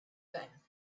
then